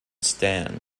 stan